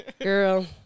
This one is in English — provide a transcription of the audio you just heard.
Girl